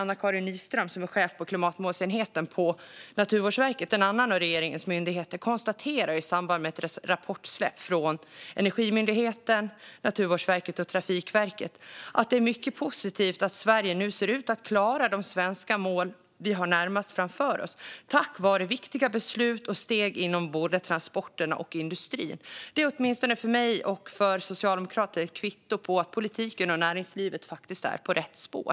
Anna-Karin Nyström, chef för klimatmålsenheten på Naturvårdsverket, en annan av regeringens myndigheter, konstaterar i samband med ett rapportsläpp från Energimyndigheten, Naturvårdsverket och Trafikverket att det är mycket positivt att Sverige nu ser ut att klara de svenska mål vi har närmast framför oss, tack vare viktiga beslut och steg inom både transporterna och industrin. Det är åtminstone för mig och för Socialdemokraterna ett kvitto på att politiken och näringslivet faktiskt är på rätt spår.